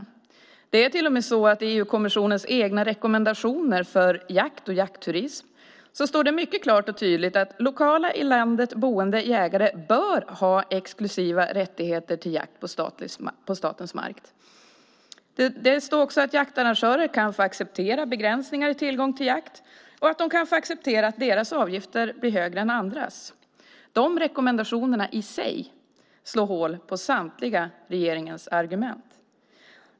I EU-kommissionens egna rekommendationer för jakt och jaktturism står det till och med klart och tydligt att lokala i landet boende jägare bör ha exklusiva rättigheter till jakt på statens mark. Det står också att jaktarrangörer kan få acceptera begränsningar i tillgången till jakt och att de kan få acceptera att deras avgifter blir högre än andras. Dessa rekommendationer i sig slår hål på samtliga regeringens argument.